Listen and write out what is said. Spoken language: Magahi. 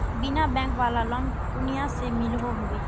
बिना बैंक वाला लोन कुनियाँ से मिलोहो होबे?